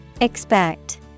expect